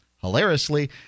Hilariously